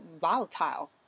volatile